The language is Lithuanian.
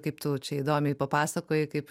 kaip tu čia įdomiai papasakojai kaip